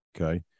Okay